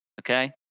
okay